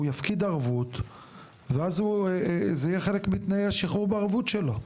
הוא יפקיד ערבות ואז זה יהיה חלק מתנאי השחרור בערבות שלו.